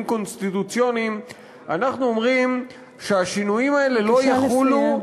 קונסטיטוציוניים אנחנו אומרים שהשינויים האלה לא יחולו,